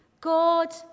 God